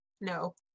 No